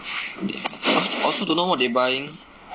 the~ also don't know what they buying